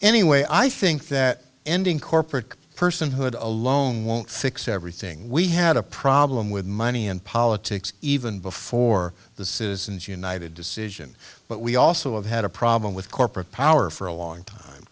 anyway i think that ending corporate personhood alone won't fix everything we had a problem with money and politics even before the citizens united decision but we also have had a problem with corporate power for a long time